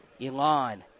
Elon